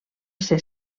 ser